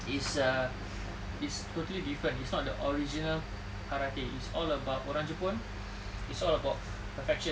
is a is totally different it's not the original karate it's all about orang jepun it's all about perfection